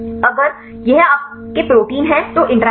अगर यह आपके प्रोटीन है तो इंटरैक्शन